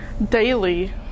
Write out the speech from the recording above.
Daily